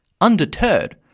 Undeterred